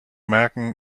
merken